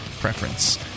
preference